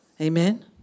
Amen